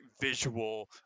visual